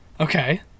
Okay